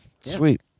Sweet